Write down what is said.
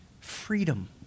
freedom